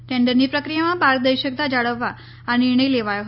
ટેન્ડરની પ્રક્રિયામાં પારદર્શકતા જાળવવા આ નિર્ણય લેવાયો હતો